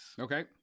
okay